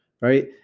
right